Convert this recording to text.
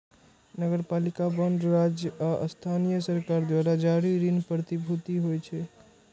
नगरपालिका बांड राज्य आ स्थानीय सरकार द्वारा जारी ऋण प्रतिभूति होइ छै